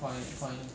chee cheong fan